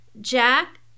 jack